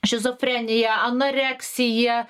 šizofrenija anoreksija